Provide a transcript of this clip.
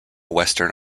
western